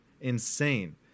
insane